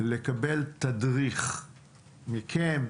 לקבל תדריך מכם,